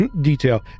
detail